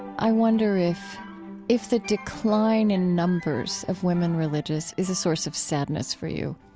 i wonder if if the decline in numbers of women religious is a source of sadness for you